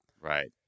Right